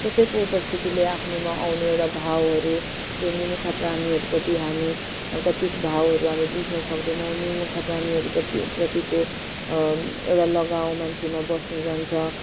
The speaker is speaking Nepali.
कसैको उपस्थितिले आफ्नोमा आउने एउटा भावहरू जो निमुखा प्राणीहरूप्रति हामी कत्तिको भावहरू हामी बुझ्नु सक्दैनौँ निमुखा प्राणीहरूप्रति प्रतिको एउटा लगाउ मान्छेमा बस्न जान्छ